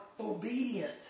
obedient